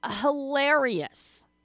hilarious